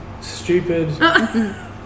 stupid